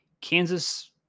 Kansas